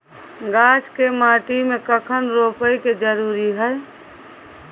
गाछ के माटी में कखन रोपय के जरुरी हय?